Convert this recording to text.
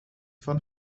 van